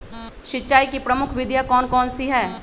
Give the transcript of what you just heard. सिंचाई की प्रमुख विधियां कौन कौन सी है?